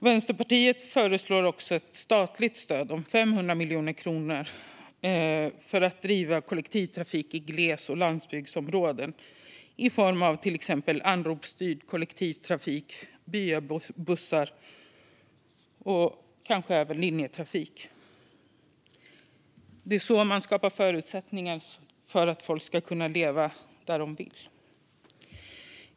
Vänsterpartiet föreslår också ett statligt stöd om 500 miljoner kronor för drift av kollektivtrafik i glesbygds och landsbygdsområden i form av till exempel anropsstyrd kollektivtrafik, byabussar och kanske även linjetrafik. Det är så man skapar förutsättningar för att folk ska kunna leva där de vill.